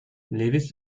lewis